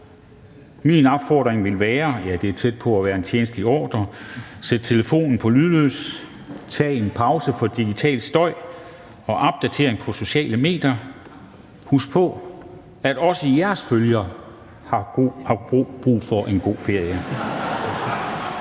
Min opfordring vil være – ja, det er tæt på at være en tjenstlig ordre: Sæt telefonen på lydløs, tag en pause fra digital støj og opdateringer på sociale medier. Husk på, at også jeres følgere har brug for en god ferie.